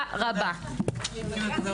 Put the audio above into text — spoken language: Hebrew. הישיבה ננעלה בשעה 13:05.